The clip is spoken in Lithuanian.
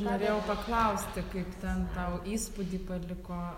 norėjau paklausti kaip tau ten įspūdį paliko